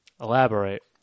Elaborate